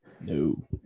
No